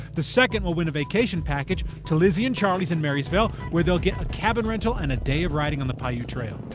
the second will win a vacation package to lizzie and charlies in marysvale where they'll get a cabin rental and a day of riding on the paiute trail.